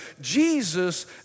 Jesus